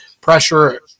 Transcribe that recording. pressure